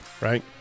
right